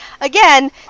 Again